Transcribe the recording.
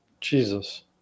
Jesus